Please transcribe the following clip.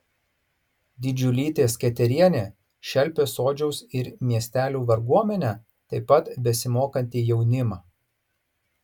didžiulytė sketerienė šelpė sodžiaus ir miestelių varguomenę taip pat besimokantį jaunimą